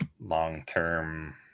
long-term